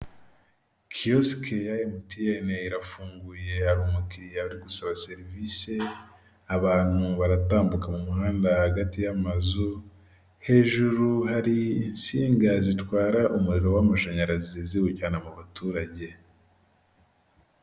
Kiyosike ya emutiyeni irafunguye hari umukiriya uri gusaba serivisi, abantu baratambuka mu muhanda hagati y'amazu, hejuru hari insinga zitwara umuriro w'amashanyarazi ziwujyana mu baturage.